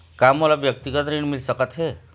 का मोला व्यक्तिगत ऋण मिल सकत हे?